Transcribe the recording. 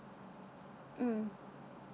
mm